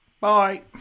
Bye